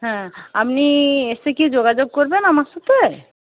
হ্যাঁ আপনি এসে কি যোগাযোগ করবেন আমার সাথে